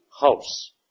house